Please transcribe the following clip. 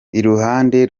iruhande